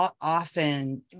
often